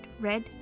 red